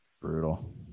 Brutal